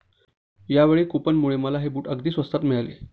यावेळी कूपनमुळे मला हे बूट अगदी स्वस्तात मिळाले